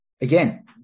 Again